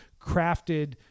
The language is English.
crafted